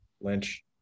Lynch